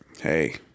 hey